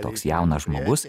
toks jaunas žmogus